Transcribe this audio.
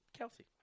Kelsey